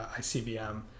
ICBM